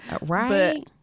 right